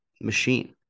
machine